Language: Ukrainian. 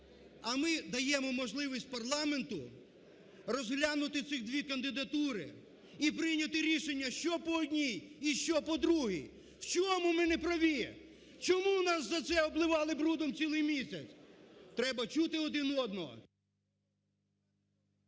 А ми даємо можливість парламенту розглянути цих дві кандидатури і прийняти рішення, що по одній і що по другій. В чому ми не праві? Чому нас за це обливали брудом цілий місяць? Треба чути один одного…